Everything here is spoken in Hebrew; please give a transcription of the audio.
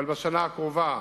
אבל בשנה הקרובה